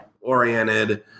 oriented